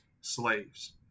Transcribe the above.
slaves